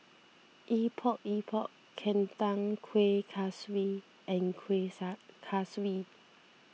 Epok Epok Kentang Kuih Kaswi and Kueh Kaswi